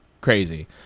crazy